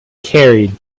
carried